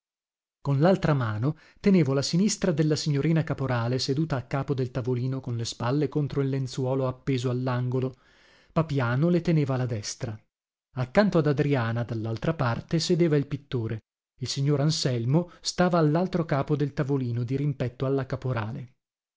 con laltra mano tenevo la sinistra della signorina caporale seduta a capo del tavolino con le spalle contro il lenzuolo appeso allangolo papiano le teneva la destra accanto ad adriana dallaltra parte sedeva il pittore il signor anselmo stava allaltro capo del tavolino dirimpetto alla caporale